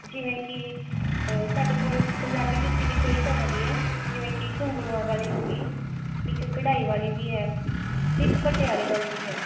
ਜਿਵੇਂ ਕਿ ਸਾਡੇ ਕੋਲ ਪੰਜਾਬੀ ਜੁੱਤੀ ਵੀ ਕਈ ਤਰ੍ਹਾਂ ਦੀ ਹੈ ਜਿਵੇਂ ਕਿ ਘੁੰਗਰੂਆਂ ਵਾਲ਼ੀ ਹੋ ਗਈ ਇੱਕ ਕਢਾਈ ਵਾਲ਼ੀ ਵੀ ਹੈ ਇੱਕ ਪਟਿਆਲੇ ਵਾਲੀ ਵੀ ਹੈ